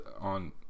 on